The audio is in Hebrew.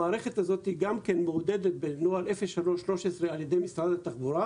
המערכת הזאת מעודדת בנוהל 03-13 על ידי משרד התחבורה,